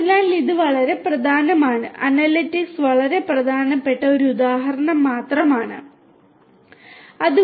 അതിനാൽ ഇത് വളരെ പ്രധാനമാണ് അനലിറ്റിക്സ് വളരെ പ്രധാനപ്പെട്ട ഒരു ഉദാഹരണം മാത്രമാണ് ഇത്